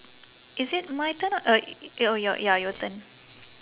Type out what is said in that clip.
is it my turn or your your ya your turn